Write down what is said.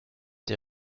der